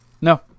no